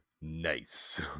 nice